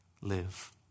live